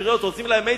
עושים להם "מצ'ינג".